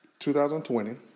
2020